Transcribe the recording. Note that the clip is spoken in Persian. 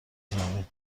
زمین